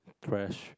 trash